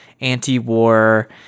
anti-war